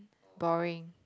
boring